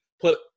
put